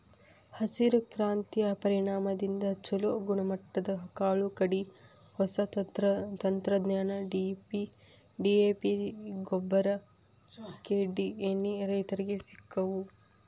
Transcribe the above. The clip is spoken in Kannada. ಹಸಿರು ಕ್ರಾಂತಿಯ ಪರಿಣಾಮದಿಂದ ಚುಲೋ ಗುಣಮಟ್ಟದ ಕಾಳು ಕಡಿ, ಹೊಸ ತಂತ್ರಜ್ಞಾನ, ಡಿ.ಎ.ಪಿಗೊಬ್ಬರ, ಕೇಡೇಎಣ್ಣಿ ರೈತರಿಗೆ ಸಿಕ್ಕವು